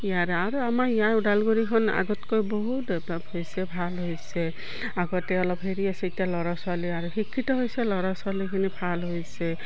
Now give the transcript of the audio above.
ইয়াৰে আৰু আমাৰ ইয়াৰ ওদালগুৰিখন আগতকৈ বহুত ডেভলপ হৈছে ভাল হৈছে আগতে অলপ হেৰি আছে এতিয়া ল'ৰা ছোৱালী আৰু শিক্ষিত হৈছে ল'ৰা ছোৱালীখিনি ভাল হৈছে